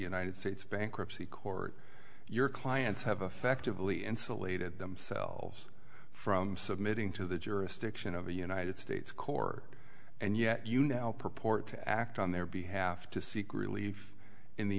united states bankruptcy court your clients have affectively insulated themselves from submitting to the jurisdiction of the united states corps and yet you now purport to act on their behalf to seek relief in the